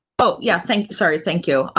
oh, yeah, thank sorry. thank you.